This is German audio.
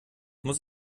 muss